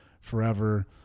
forever